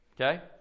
Okay